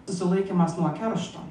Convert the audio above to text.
susilaikymas nuo keršto